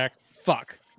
Fuck